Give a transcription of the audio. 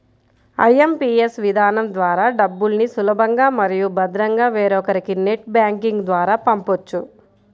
IMPS విధానం ద్వారా డబ్బుల్ని సులభంగా మరియు భద్రంగా వేరొకరికి నెట్ బ్యాంకింగ్ ద్వారా పంపొచ్చు